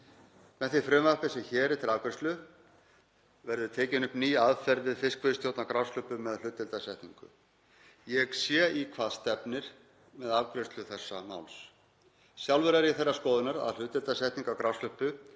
Með því frumvarpi sem hér er til afgreiðslu verður tekin upp ný aðferð við fiskveiðistjórn á grásleppu með hlutdeildarsetningu. Ég sé í hvað stefnir með afgreiðslu þessa máls. Sjálfur er ég þeirrar skoðunar að hlutdeildarsetning á grásleppu